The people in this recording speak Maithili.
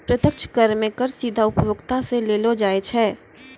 प्रत्यक्ष कर मे कर सीधा उपभोक्ता सं लेलो जाय छै